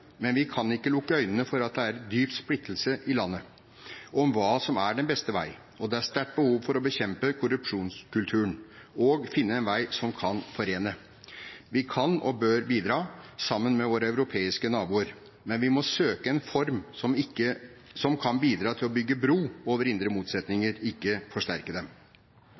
men vi kan ikke lukke øynene for at det er dyp splittelse i landet om hva som er den beste vei, og det er sterkt behov for å bekjempe korrupsjonskulturen og finne en vei som kan forene. Vi kan og bør bidra, sammen med våre europeiske naboer, men vi må søke en form som kan bidra til å bygge bro over indre motsetninger, ikke forsterke dem.